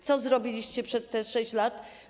Co zrobiliście przez te 6 lat?